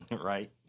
Right